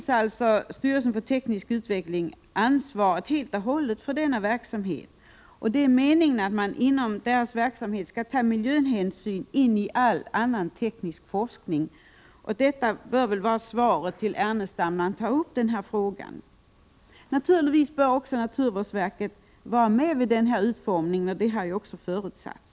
Styrelsen för teknisk utveckling ges alltså helt och hållet ansvaret för denna verksamhet, och det är meningen att man inom sin verksamhet skall ta in miljöhänsyn i all teknisk forskning. Detta bör vara ett svar till Lars Ernestam, som tog upp denna fråga. Naturligtvis bör också naturvårdsverket vara med vid denna utformning, vilket också har förutsatts.